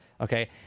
Okay